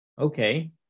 Okay